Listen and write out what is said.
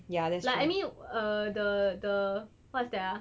like I mean uh the the what's that ah